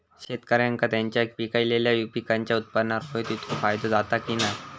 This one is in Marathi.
शेतकऱ्यांका त्यांचा पिकयलेल्या पीकांच्या उत्पन्नार होयो तितको फायदो जाता काय की नाय?